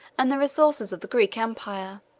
and the resources of the greek empire.